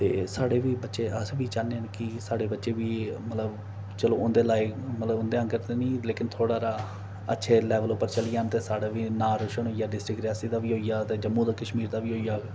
ते साढ़े बी बच्चे अस बी चाह्न्ने न कि साढ़े बच्चे बी मतलब चलो उं'दे लाइक मतलब उंदे आंह्गर ते नेईं लेकिन थोह्ड़ा हारा अच्छे लैवल उप्पर चली जान ते साढ़ा बी नांऽ रोशन होई जा डिस्ट्रिक्ट रियासी दा बी होई जाह्ग ते जम्मू कश्मीर दा बी होई जाह्ग